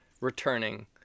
returning